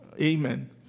Amen